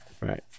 Right